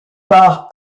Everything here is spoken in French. par